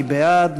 מי בעד?